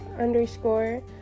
underscore